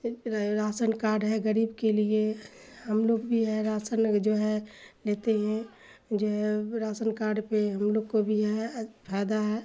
ration card ہے غریب کے لیے ہم لوگ بھی ہے راسن جو ہے لیتے ہیں جو ہے راسن کارڈ پہ ہم لوگ کو بھی ہے فائدہ ہے